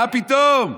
מה פתאום?